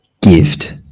gift